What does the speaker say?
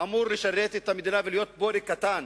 אמור לשרת את המדינה ולהיות בורג קטן